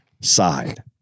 side